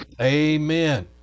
amen